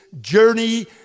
journey